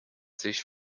sich